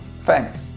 thanks